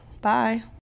Bye